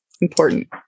important